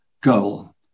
goal